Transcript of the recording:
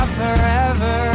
forever